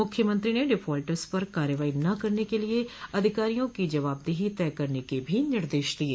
मुख्यमंत्री ने डिफाल्टर्स पर कार्रवाई न करने के लिये अधिकारियों की जवाबदेही तय करने के भी निर्देश दिये